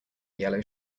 yellow